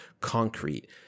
concrete